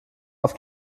auf